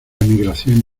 emigración